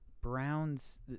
Browns